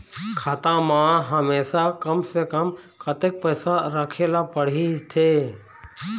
खाता मा हमेशा कम से कम कतक पैसा राखेला पड़ही थे?